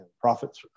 profits